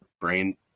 brain